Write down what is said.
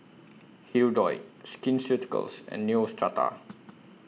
Hirudoid Skin Ceuticals and Neostrata